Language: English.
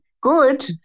good